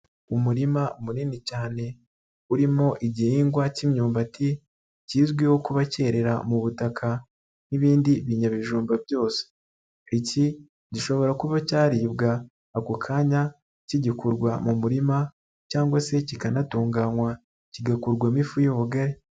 Umurima munini cyane urimo igihingwa cy'imyumbati, kizwiho kuba cyerera mu butaka nk'ibindi binyabijumba byose, iki gishobora kuba cyaribwa ako kanya kigikurwa mu murima cyangwa se kikanatunganywa kigakurwamo ifu y'ubugari.